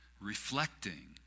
reflecting